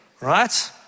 Right